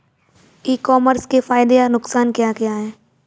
ई commerce के फायदे या नुकसान क्या क्या हैं?